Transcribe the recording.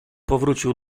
powrócił